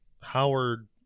Howard